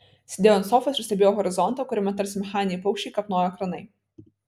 sėdėjau ant sofos ir stebėjau horizontą kuriame tarsi mechaniniai paukščiai kapnojo kranai